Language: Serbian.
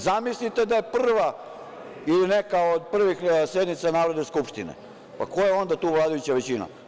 Zamislite da je prva ili neka od prvih sednica Narodne skupštine, pa ko je tu vladajuća većina?